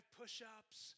push-ups